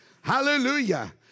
hallelujah